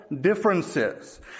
differences